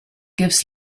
gives